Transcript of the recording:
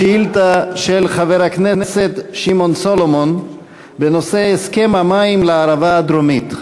שאילתה של חבר הכנסת שמעון סולומון בנושא: הסכם המים לערבה הדרומית.